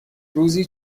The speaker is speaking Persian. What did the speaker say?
روزی